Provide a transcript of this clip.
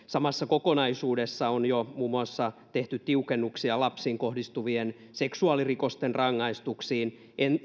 samassa kokonaisuudessa on jo muun muassa tehty tiukennuksia lapsiin kohdistuvien seksuaalirikosten rangaistuksiin